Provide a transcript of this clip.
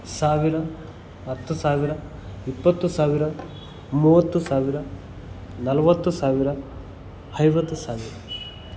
ಸಾವಿರ ಹತ್ತು ಸಾವಿರ ಇಪ್ಪತ್ತು ಸಾವಿರ ಮೂವತ್ತು ಸಾವಿರ ನಲ್ವತ್ತು ಸಾವಿರ ಐವತ್ತು ಸಾವಿರ